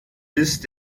ist